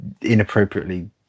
inappropriately